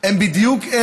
הם בדיוק אלה שמביאים,